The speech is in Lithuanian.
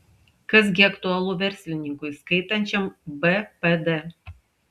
kas gi aktualu verslininkui skaitančiam bpd